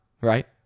right